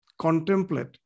contemplate